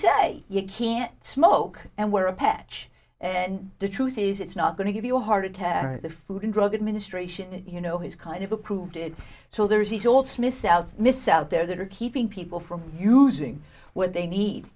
say you can't smoke and wear a patch and the truth is it's not going to give you a heart attack or the food and drug administration you know he's kind of approved it so there's he's also miss out miss out there that are keeping people from using what they need